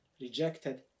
Rejected